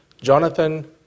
Jonathan